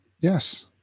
Yes